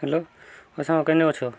hello ଆଚ୍ଛା ହଁ ସାଙ୍ଗ କେନେ ଅଛୁ